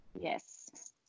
Yes